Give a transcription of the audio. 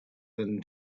than